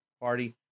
Party